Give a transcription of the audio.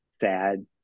sad